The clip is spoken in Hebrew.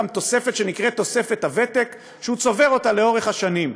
תוספת שנקראת "תוספת ותק" שהוא צובר לאורך שנים.